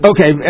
Okay